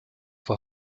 war